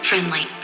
Friendly